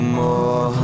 more